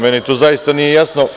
Meni to zaista nije jasno.